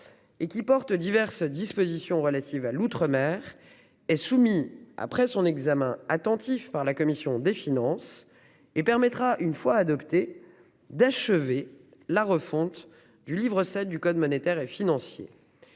et qui porte diverses dispositions relatives à l'outre-mer, vous est soumis après son examen attentif par la commission des finances. Une fois adopté, il permettra d'achever la refonte du livre VII du code monétaire et financier.